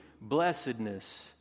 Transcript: blessedness